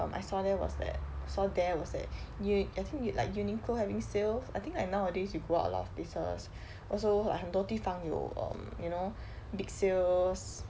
um I saw there was that saw there was that uni~ I think un~ like Uniqlo having sales I think like nowadays you go a lot of places also like 很多地方有 um you know big sales